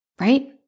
right